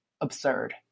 absurd